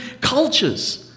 cultures